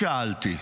שאלתי.